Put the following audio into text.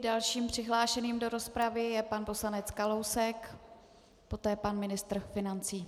Dalším přihlášeným do rozpravy je pan poslanec Kalousek, poté pan ministr financí.